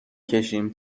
کشیم